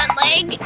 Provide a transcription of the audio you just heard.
um leg,